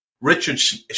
Richard